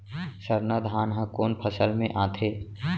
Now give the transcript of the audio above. सरना धान ह कोन फसल में आथे?